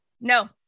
No